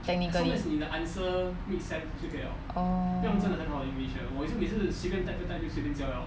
technically orh